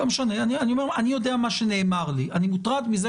לא משנה, אני יודע מה שנאמר לי אני מוטרד מזה